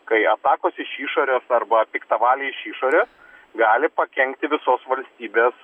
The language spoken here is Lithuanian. kai atakos iš išorės arba piktavaliai iš išorės gali pakenkti visos valstybės